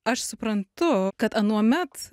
aš suprantu kad anuomet